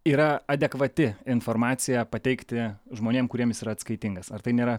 yra adekvati informacija pateikti žmonėm kuriem jis yra atskaitingas ar tai nėra